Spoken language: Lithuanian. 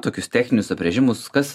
tokius techninius apibrėžimus kas